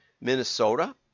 Minnesota